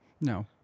No